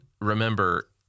remember